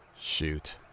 Shoot